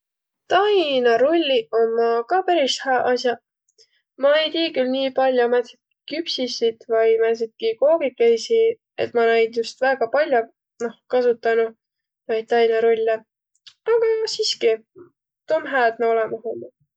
Tainarulliq ommaq ka peris hääq as'aq. Ma ei tii küll nii pall'o määntsitki küpsissit vai määndsitki koogikõisi, et ma naid just väega pall'o noh kasutanuq, naid tainarullõ. No aga siskiq, tuu om hää, et na olõmah ommaq.